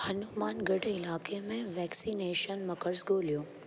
हनुमानगढ़ इलाइके में वैक्सनेशन मर्कज़ ॻोल्हियो